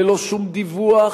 ללא שום דיווח,